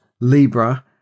Libra